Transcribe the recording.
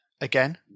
again